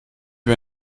wir